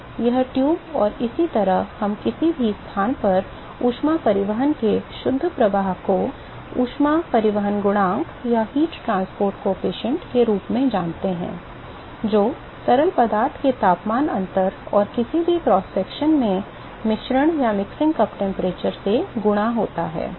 तो यह ट्यूब और इसी तरह हम किसी भी स्थान पर ऊष्मा परिवहन के शुद्ध प्रवाह को ऊष्मा परिवहन गुणांक के रूप में जानते हैं जो तरल पदार्थ के तापमान अंतर और किसी भी क्रॉस सेक्शन में मिश्रण कप तापमान से गुणा होता है